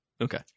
Okay